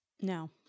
No